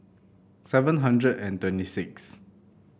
seven hundred and twenty sixth